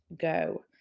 go